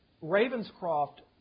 Ravenscroft